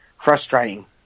frustrating